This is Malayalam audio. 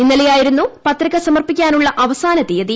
ഇന്നലെയായിരുന്നു പത്രിക സമർപ്പിക്കാനുള്ള അവസാന തീയതി